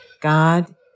God